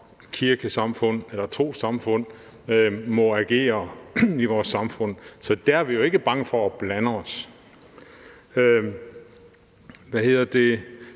kirkesamfund eller trossamfund må agere i vores samfund. Så dér er vi jo ikke bange for at blande os. Det her